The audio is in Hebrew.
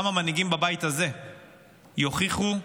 גם המנהיגים בבית הזה יוכיחו גבורה,